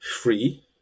free